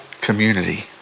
community